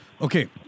Okay